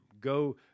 Go